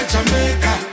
Jamaica